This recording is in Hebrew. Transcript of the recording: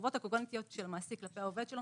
החובות הקוגנטיות של המעסיק כלפי העובד שלו